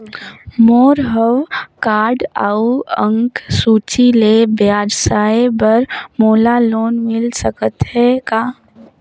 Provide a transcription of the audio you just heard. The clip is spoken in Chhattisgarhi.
मोर हव कारड अउ अंक सूची ले व्यवसाय बर मोला लोन मिल सकत हे का?